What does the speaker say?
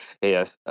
yes